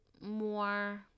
more